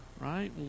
right